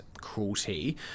cruelty